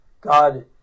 God